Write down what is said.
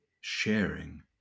sharing